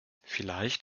vielleicht